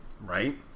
right